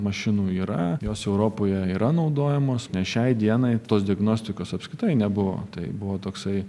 mašinų yra jos europoje yra naudojamos nes šiai dienai tos diagnostikos apskritai nebuvo tai buvo toksai